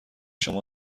شما